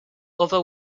other